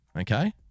Okay